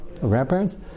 grandparents